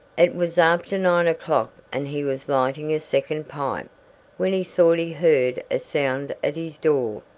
it was after nine o'clock and he was lighting a second pipe when he thought he heard a sound at his door.